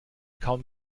kaum